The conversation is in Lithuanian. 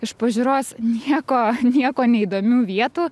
iš pažiūros nieko nieko neįdomių vietų